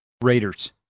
Raiders